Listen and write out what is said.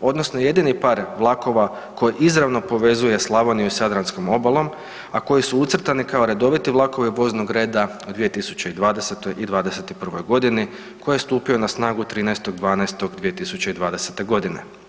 odnosno jedini par vlakova koji izravno povezuje Slavoniju s jadranskom obalom, a koji su ucrtani kao redoviti vlakovi voznog reda u 2020. i 2021. godini koji je stupio na snagu 13. 12. 2020.godine.